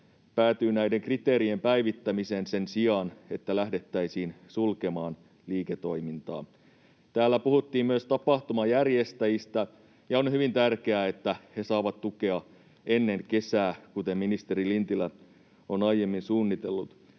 päätyy näiden kriteerien päivittämiseen sen sijaan, että lähdettäisiin sulkemaan liiketoimintaa. Täällä puhuttiin myös tapahtumajärjestäjistä, ja on hyvin tärkeää, että he saavat tukea ennen kesää, kuten ministeri Lintilä on aiemmin suunnitellut.